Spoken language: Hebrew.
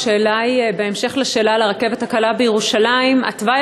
השאלה היא בהמשך לשאלה על הרכבת הקלה בירושלים: התוואי